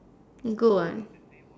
good what